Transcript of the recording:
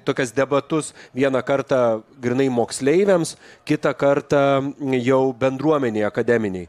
tokias debatus vieną kartą grynai moksleiviams kitą kartą jau bendruomenei akademinei